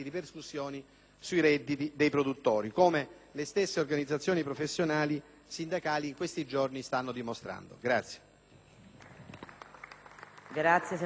sindacali in questi giorni stanno dimostrando.